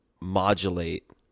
modulate